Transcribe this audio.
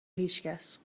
هیچکس